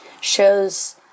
shows